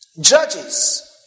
judges